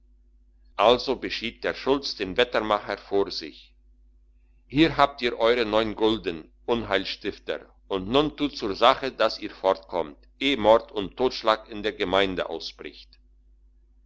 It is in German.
also beschied der schulz den wettermacher vor sich hier habt ihr euere neun gulden unheilstifter und nun tut zur sache dass ihr fortkommt eh mord und totschlag in der gemeinde ausbricht